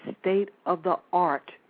state-of-the-art